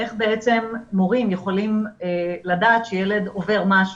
איך מורים יכולים לדעת שילד עובר משהו.